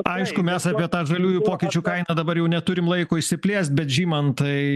aišku mes apie tą žaliųjų pokyčių kainą dabar jau neturim laiko išsiplėst bet žymantai